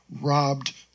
robbed